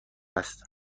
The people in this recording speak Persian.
است